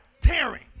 tearing